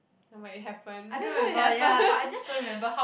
no but it happened it happen